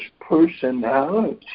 personality